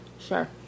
Sure